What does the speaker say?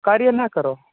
કાર્ય ન કરો